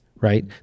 Right